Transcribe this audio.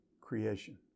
creation